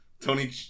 Tony